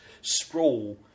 sprawl